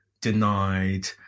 denied